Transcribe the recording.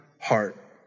Heart